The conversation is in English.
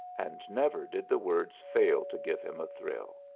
and never did the words fail to give him a thrill.